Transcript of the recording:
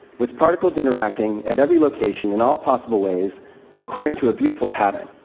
with particles interacting at every location in all possible ways according to a beautiful pattern.